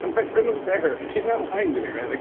and my friend was there. he's not lying to me, right? like